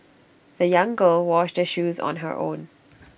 the young girl washed her shoes on her own